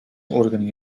органе